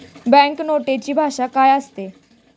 Bank नोटेची भाषा काय असते?